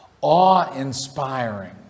awe-inspiring